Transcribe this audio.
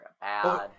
bad